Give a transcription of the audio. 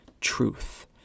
truth